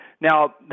Now